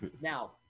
Now